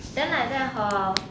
then like that hor